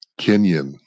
Kenyan